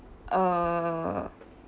uh